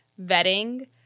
vetting